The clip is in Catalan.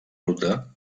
ruta